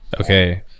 Okay